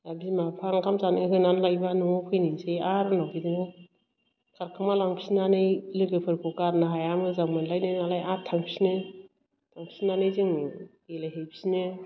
आर बिमा बिफा ओंखाम जानो होनानै लायबा न'आव फैनोसै आर उनाव बिदिनो खारखुमा लांफिन्नानै लोगोफोरखौ गारनो हाया मोजां मोनलायनाय नालाय आर थांफिनो थांफिन्नानै जोङो गेलेहैफिनो